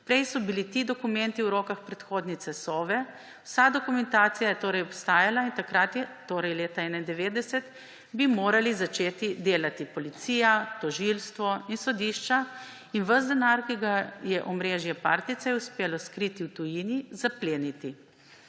Prej so bili ti dokumenti v rokah predhodnice Sove. Vsa dokumentacija je torej obstajala in takrat«, torej leta 1991, »bi morali začeti delati policija, tožilstvo in sodišča in ves denar, ki ga je omrežje partijcev uspelo skriti v tujini, zapleniti.